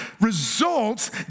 results